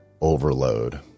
overload